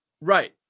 Right